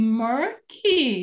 murky